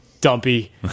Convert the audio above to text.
dumpy